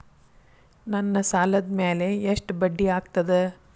ನನ್ನ ಸಾಲದ್ ಮ್ಯಾಲೆ ಎಷ್ಟ ಬಡ್ಡಿ ಆಗ್ತದ?